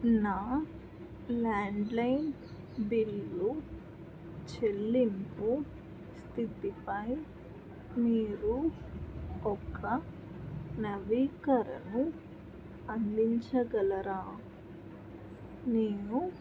నా landline bill చెల్లింపు స్థితిపై మీరు ఒక నవీకరణను అందించగలరా నేను